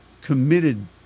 committed